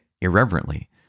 irreverently